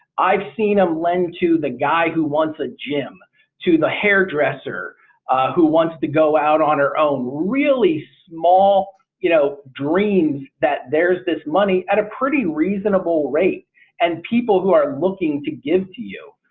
i've seen them lend to the guy who wants a gym to the hairdresser who wants to go out on her own really small you know dreams that there's this money at a pretty reasonable rate and people who are looking to give to you.